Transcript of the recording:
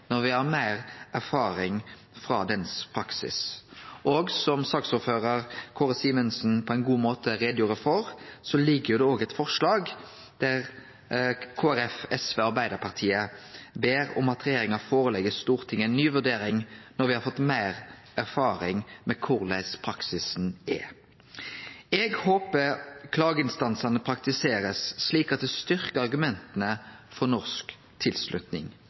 når me har meir erfaring frå praktiseringa av konvensjonen. Som saksordføraren, Kåre Simensen, på ein god måte gjorde greie for, ligg det føre eit forslag der Kristeleg Folkeparti, SV og Arbeidarpartiet ber om at regjeringa legg fram for Stortinget ei ny vurdering når me har fått meir erfaring med korleis praksisen er. Eg håpar klageinstansane blir praktiserte slik at det styrkjer argumenta for norsk tilslutning.